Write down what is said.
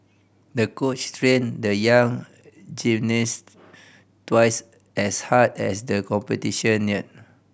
the coach trained the young gymnast twice as hard as the competition neared